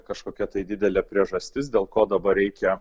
kažkokia tai didelė priežastis dėl ko dabar reikia